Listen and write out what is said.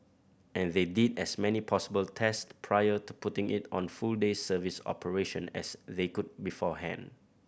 and they did as many possible test prior to putting it on full day service operation as they could beforehand